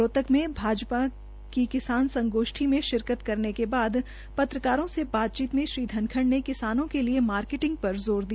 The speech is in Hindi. रोहतक में भाजपा की किसान संगोष्ठी में शिरकत करने के बाद पत्रकारों से बातचीत में श्री धनखड़ ने किसानों के लिए मार्कटिंग पर ज़ोर दिया